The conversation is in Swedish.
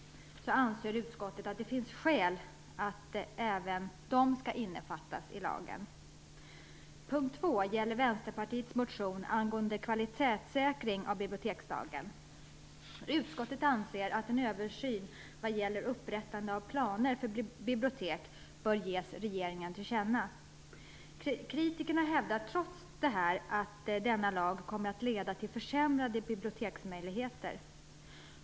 Utskottet anser att det finns skäl att även de skall innefattas i lagen. Den andra punkten gäller Vänsterpartiets motion om kvalitetssäkring av bibliotekslagen. Utskottet anser att en översyn gällande upprättande av planer för bibliotek bör ges regeringen till känna. Kritikerna hävdar trots detta att denna lag kommer att leda till försämrade möjligheter för bibliotek.